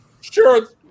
Sure